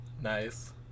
nice